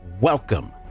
welcome